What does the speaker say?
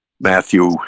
Matthew